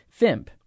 FIMP